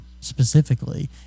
specifically